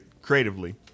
Creatively